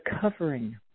covering